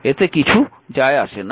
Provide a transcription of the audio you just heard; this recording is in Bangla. এতে কিছু যায় আসে না